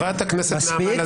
חברת הכנסת נעמה לזימי.